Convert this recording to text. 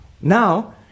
Now